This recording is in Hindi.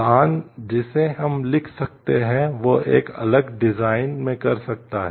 स्थान जिसे हम लिख सकते हैं वह एक अलग डिजाइन में कर सकता है